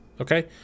Okay